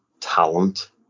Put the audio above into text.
talent